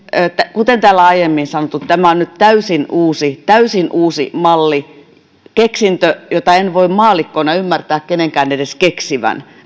kuten täällä aiemmin on sanottu tämä on nyt täysin uusi täysin uusi malli keksintö jota en voi maallikkona ymmärtää kenenkään edes keksivän